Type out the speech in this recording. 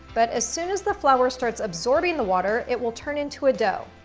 but as soon as the flour starts absorbing the water, it will turn into a dough.